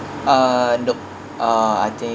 uh nope ah I think